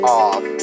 off